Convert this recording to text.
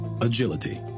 agility